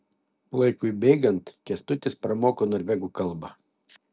laikui bėgant kęstutis pramoko norvegų kalbą